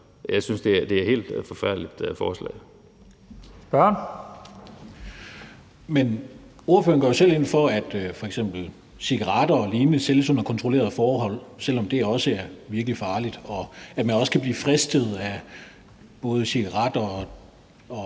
Kl. 18:40 Steffen Larsen (LA): Men ordføreren går jo selv ind for, at f.eks. cigaretter og lignende sælges under kontrollerede forhold, selv om det også er virkelig farligt, og at man også kan blive fristet af både cigaretter og